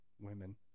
women